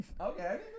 Okay